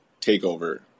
takeover